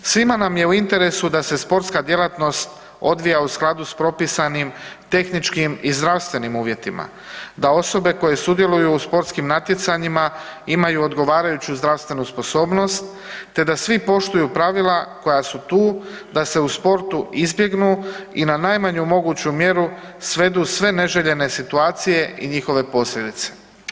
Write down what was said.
Svima nam je u interesu da se sportska djelatnost odvija u skladu s propisanim tehničkim i zdravstvenim uvjetima da osobe koje sudjeluju u sportskim natjecanjima imaju odgovarajući zdravstvenu sposobnost te da svi poštuju pravila koja su tu da se u sportu izbjegnu i na najmanju moguću mjeru svedu sve neželjene situacije i njihove posljedice.